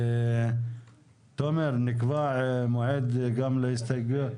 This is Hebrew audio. תומר, נקבע מועד גם להסתייגויות.